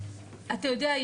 אתה יודע,